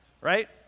Right